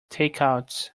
takeouts